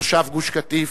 תושב גוש-קטיף,